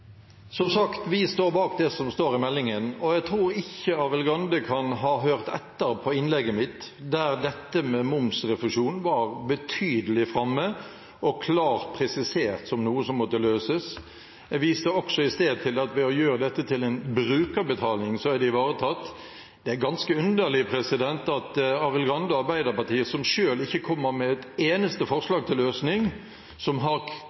Som sagt: Vi står bak det som står i meldingen, og jeg tror ikke Arild Grande kan ha hørt etter under innlegget mitt, der dette med momsrefusjon var betydelig framme og klart presisert som noe som måtte løses. Jeg viste i sted også til at ved å gjøre dette til en brukerbetaling er det ivaretatt. Det er ganske underlig at Arild Grande og Arbeiderpartiet, som selv ikke kommer med et eneste forslag til løsning, og som har